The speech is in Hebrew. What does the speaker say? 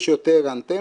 יש יותר אנטנות,